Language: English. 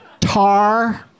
tar